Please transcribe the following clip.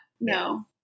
No